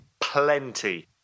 Plenty